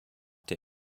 der